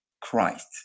Christ